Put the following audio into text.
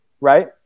right